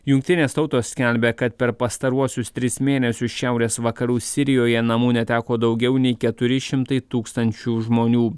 jungtinės tautos skelbia kad per pastaruosius tris mėnesius šiaurės vakarų sirijoje namų neteko daugiau nei keturi šimtai tūkstančių žmonių